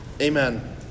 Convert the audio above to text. amen